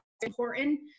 important